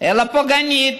אלא פוגענית,